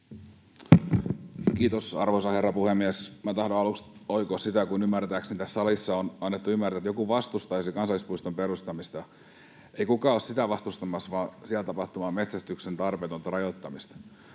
Kiitos, arvoisa herra puhemies! Minä tahdon aluksi oikoa sitä, kun ymmärtääkseni tässä salissa on annettu ymmärtää, että joku vastustaisi kansallispuiston perustamista. Ei kukaan ole sitä vastustamassa, vaan siellä tapahtuvaa metsästyksen tarpeetonta rajoittamista.